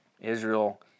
Israel